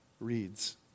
reads